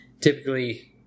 Typically